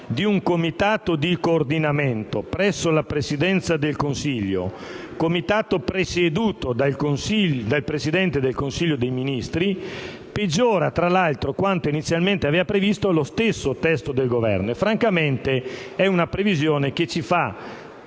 di un Comitato di coordinamento presso la Presidenza del Consiglio, Comitato presieduto dal Presidente del Consiglio dei ministri, peggiora tra l'altro quanto inizialmente aveva previsto lo stesso testo del Governo. Francamente si tratta di una previsione che ci fa